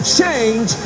change